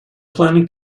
planning